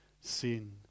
sin